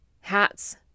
Hats